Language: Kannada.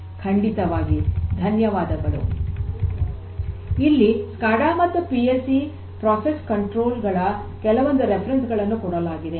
ಖಂಡಿತವಾಗಿ ಧನ್ಯವಾದಗಳು ಇಲ್ಲಿ ಸ್ಕಾಡಾ ಮತ್ತು ಪಿ ಎಲ್ ಸಿ ಪ್ರಕ್ರಿಯೆ ನಿಯಂತ್ರಣಗಳ ಕೆಲವೊಂದು ಉಲ್ಲೇಖಗಳನ್ನು ಕೊಡಲಾಗಿದೆ